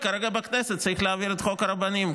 היא כרגע בכנסת, צריך להעביר את חוק הרבנים.